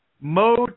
mode